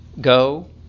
go